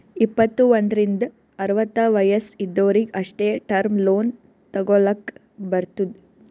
ಇಪ್ಪತ್ತು ಒಂದ್ರಿಂದ್ ಅರವತ್ತ ವಯಸ್ಸ್ ಇದ್ದೊರಿಗ್ ಅಷ್ಟೇ ಟರ್ಮ್ ಲೋನ್ ತಗೊಲ್ಲಕ್ ಬರ್ತುದ್